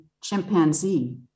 chimpanzee